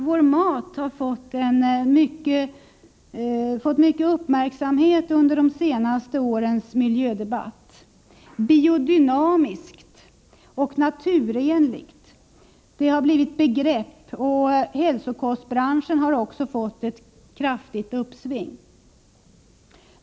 Vår mat har fått mycken uppmärksamhet under de senaste årens miljödebatt. ”Biodynamiskt” och ”naturenligt” har blivit begrepp, och hälsokostbranschen har fått ett kraftigt uppsving.